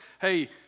hey